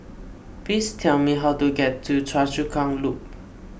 please tell me how to get to Choa Chu Kang Loop